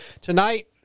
Tonight